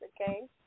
okay